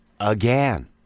Again